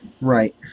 Right